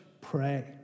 pray